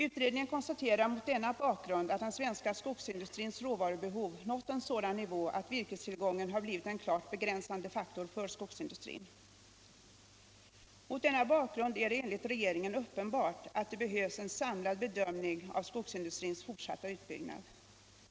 Utredningen konstaterar mot denna bakgrund att den svenska skogsindustrins råvarubehov nått en sådan nivå att virkestillgången har blivit en klart begränsande faktor för skogsindustrin. Mot denna bakgrund är det enligt regeringen uppenbart att det behövs en samlad bedömning av skogsindustrins fortsatta utbyggnad.